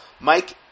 Mike